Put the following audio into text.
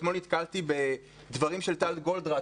אתמול נתקלתי בדברים של טל גולדרט